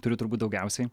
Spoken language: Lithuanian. turiu turbūt daugiausiai